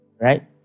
Right